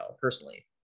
personally